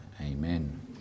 amen